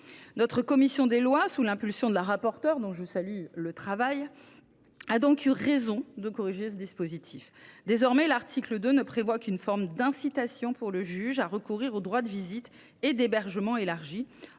La commission des lois, sous l’impulsion de la rapporteure, dont je salue le travail, a donc eu raison de corriger ce dispositif. Désormais, l’article 2 ne prévoit qu’une forme d’incitation pour le juge à recourir au droit de visite et d’hébergement élargi,